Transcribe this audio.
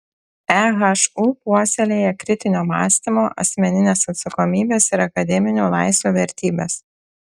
ehu puoselėja kritinio mąstymo asmeninės atsakomybės ir akademinių laisvių vertybes